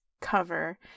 cover